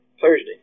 Thursday